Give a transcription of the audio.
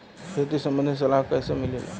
खेती संबंधित सलाह कैसे मिलेला?